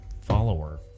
follower